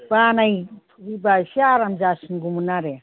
बानायफैब्ला एसे आराम जासिनगौमोन आरो